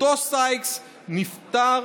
אותו סייקס נפטר,